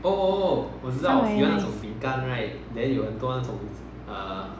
some very nice